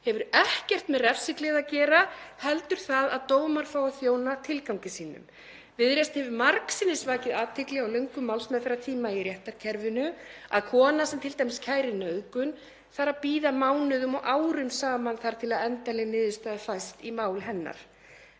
hefur ekkert með refsigleði að gera heldur það að dómar fái að þjóna tilgangi sínum. Viðreisn hefur margsinnis vakið athygli á löngum málsmeðferðartíma í réttarkerfinu, t.d. að kona sem kærir nauðgun þarf að bíða mánuðum og árum saman þar til endanleg niðurstaða fæst í mál hennar.